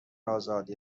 آزادی